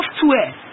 software